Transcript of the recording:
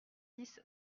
dix